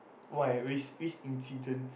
why which which incident